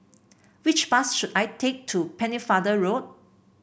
which bus should I take to Pennefather Road